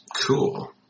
Cool